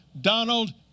Donald